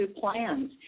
plans